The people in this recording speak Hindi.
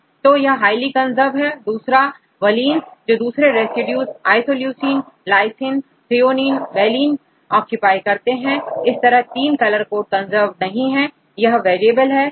तो यह हाईली कंजर्व है और दूसरा वलीन को दूसरे residues isoleucine and lysine threonine valine occupy करते हैं इस तरह से तीन कलर कोड कंजर्व्ड नहीं है यह वेरिएबल है